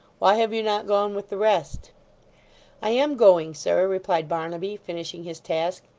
why have you not gone with the rest i am going, sir replied barnaby, finishing his task,